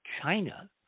China